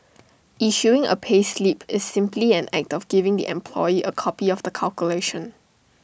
issuing A payslip is simply an act of giving the employee A copy of the calculation